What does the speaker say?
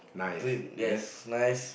treat yes nice